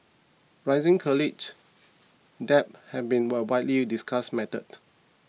rising college debt has been a widely discussed matter